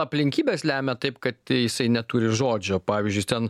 aplinkybės lemia taip kad jisai neturi žodžio pavyzdžiui ten